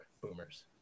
boomers